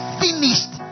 finished